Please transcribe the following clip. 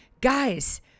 Guys